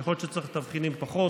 יכול להיות שצריך תבחינים פחות,